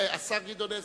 השר גדעון עזרא,